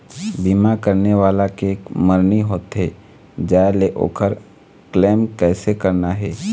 बीमा करने वाला के मरनी होथे जाय ले, ओकर क्लेम कैसे करना हे?